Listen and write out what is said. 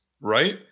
Right